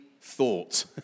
thought